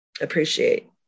appreciate